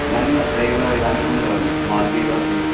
इदानीम् अत्रैव इदानीम् अहं म् मार्गे एव अस्मि